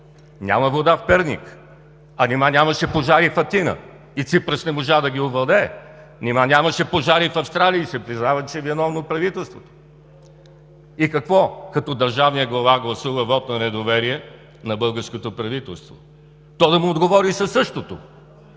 Няма вода в Перник. А нима нямаше пожари в Атина и Ципрас не можа да ги овладее? Нима нямаше пожари в Австралия и се признава, че е виновно правителството? И какво като държавният глава гласува вот на недоверие на българското правителство? То да му отговори със същото?!